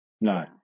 No